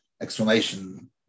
explanation